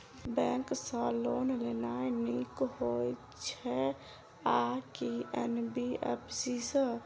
Bank सँ loan लेनाय नीक होइ छै आ की एन.बी.एफ.सी सँ?